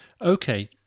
okay